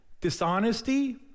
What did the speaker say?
dishonesty